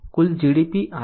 કુલ GDP 8